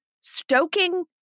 stoking